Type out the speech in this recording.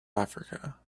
africa